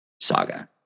saga